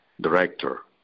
director